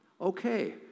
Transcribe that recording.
Okay